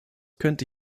könnte